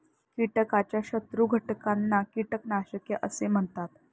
कीटकाच्या शत्रू घटकांना कीटकनाशके असे म्हणतात